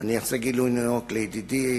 אני אעשה גילוי נאות לידידי